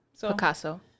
Picasso